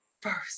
first